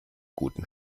guten